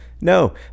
no